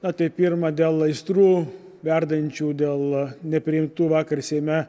apie pirmą dėl aistrų verdančių dėl nepriimtų vakar seime